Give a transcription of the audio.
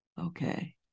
Okay